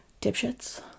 dipshits